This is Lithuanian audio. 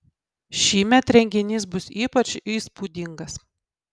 šįmet renginys bus ypač įspūdingas